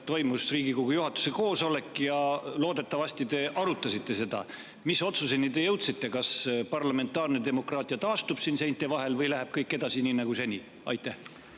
toimus Riigikogu juhatuse koosolek ja loodetavasti te arutasite seda. Mis otsuseni te jõudsite? Kas parlamentaarne demokraatia taastub siin seinte vahel või läheb kõik edasi nii nagu seni? Aitäh